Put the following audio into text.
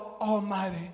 Almighty